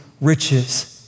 riches